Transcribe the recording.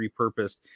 repurposed